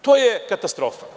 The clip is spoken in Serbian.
To je katastrofa.